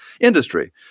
industry